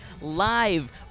live